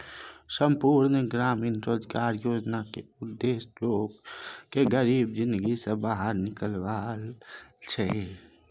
संपुर्ण ग्रामीण रोजगार योजना केर उद्देश्य लोक केँ गरीबी जिनगी सँ बाहर निकालब छै